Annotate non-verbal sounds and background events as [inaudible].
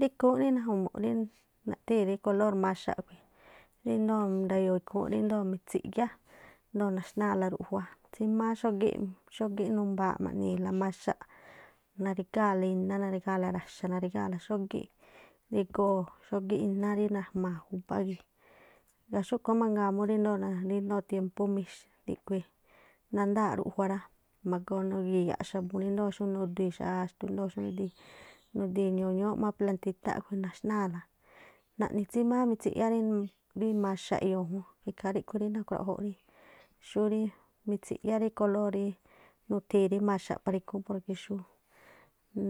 Rí ikhúún rí naju̱mu̱ꞌ rí naꞌthíi̱n rí kolor maxaꞌ, ríndoo̱ nda̱yo̱o̱ ikhúún ríndoo̱ nda̱yo̱o rí mitsiꞌyá ndoo̱ naxnáa̱la ruꞌjua, tsímáá xógíꞌ numbaaꞌ naꞌni̱i̱la maxaꞌ, narígáa̱la iná, narígáa̱la ra̱xa̱, narigáa̱la xógíꞌ rígoo xógíꞌ iná rí najma̱a̱ júbá gii̱. Ngaa̱ xúꞌkhu̱ má mangaa murí ndoo̱ [unintelligible] tiémpú mix ríꞌkhui̱, nándá̱aꞌ ruꞌjua̱ rá, magoo magi̱ya̱ꞌ xa̱bu̱ ríndoo̱ xú nudii̱ xááxtú, ndoo̱ nudii̱ ndoo̱ [noise] nudii̱ ndoo̱ ñúúꞌ plantitá [unintelligible] naꞌni tsímáá mitsiꞌyá rí mam- maxaꞌ- eyo̱o̱ jun, ikhaa riꞌkhui̱ ri nakhruaꞌjo̱ꞌ rí xúrí mitsiꞌyá rí kolor ri nuthii̱ ri maxaꞌ para ikhúúnꞌ porque xú